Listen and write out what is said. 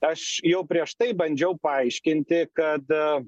aš jau prieš tai bandžiau paaiškinti kada